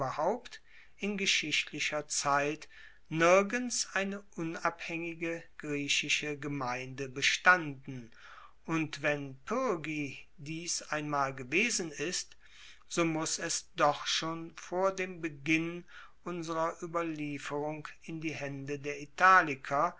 in geschichtlicher zeit nirgends eine unabhaengige griechische gemeinde bestanden und wenn pyrgi dies einmal gewesen ist so muss es doch schon vor dem beginn unserer ueberlieferung in die haende der italiker